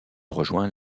rejoint